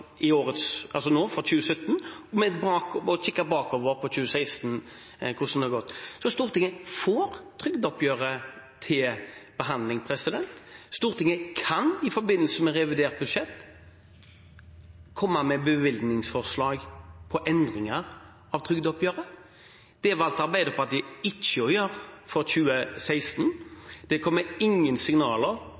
nå for 2017, og en kikker bakover, på 2016, på hvordan det har gått. Så Stortinget får trygdeoppgjøret til behandling. Stortinget kan i forbindelse med revidert budsjett komme med bevilgningsforslag om endringer av trygdeoppgjøret. Det valgte Arbeiderpartiet ikke å gjøre for 2016. Det kommer ingen signaler